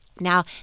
now